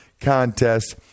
contest